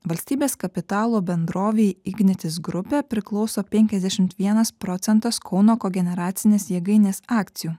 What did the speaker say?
valstybės kapitalo bendrovei ignitis grupė priklauso penkiasdešimt vienas procentas kauno kogeneracinės jėgainės akcijų